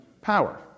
power